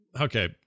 Okay